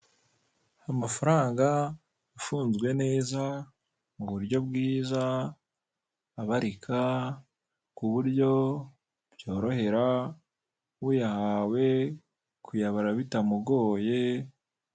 Amafaranga afunzwe neza mu buryo bwiza abarika ku buryo byorohera uyahawe kuyabara bitamugoye.